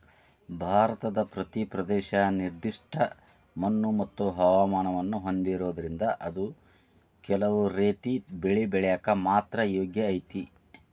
ಭಾರತದ ಪ್ರತಿ ಪ್ರದೇಶ ನಿರ್ದಿಷ್ಟ ಮಣ್ಣುಮತ್ತು ಹವಾಮಾನವನ್ನ ಹೊಂದಿರೋದ್ರಿಂದ ಅದು ಕೆಲವು ರೇತಿ ಬೆಳಿ ಬೆಳ್ಯಾಕ ಮಾತ್ರ ಯೋಗ್ಯ ಐತಿ